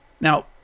now